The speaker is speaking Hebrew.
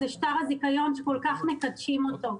שכל כך מקדשים אותו.